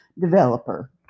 developer